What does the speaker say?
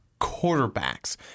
quarterbacks